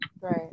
Right